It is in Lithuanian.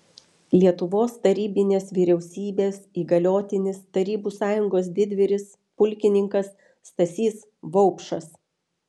lietuvos tarybinės vyriausybės įgaliotinis tarybų sąjungos didvyris pulkininkas stasys vaupšas